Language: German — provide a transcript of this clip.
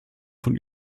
von